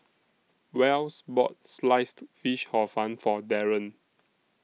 Wells bought Sliced Fish Hor Fun For Darron